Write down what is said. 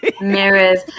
Mirrors